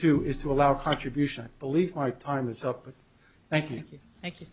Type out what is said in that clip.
to is to allow contribution believe my time is up thank you thank you